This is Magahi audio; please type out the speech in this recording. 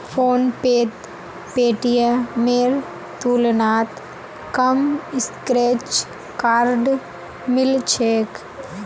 फोनपेत पेटीएमेर तुलनात कम स्क्रैच कार्ड मिल छेक